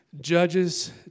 Judges